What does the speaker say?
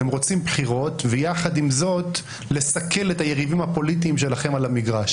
אתם רוצים בחירות ויחד עם זאת לסכל את היריבים הפוליטיים שלכם על המגרש,